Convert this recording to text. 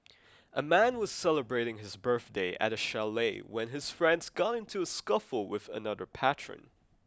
a man was celebrating his birthday at a chalet when his friends got into a scuffle with another patron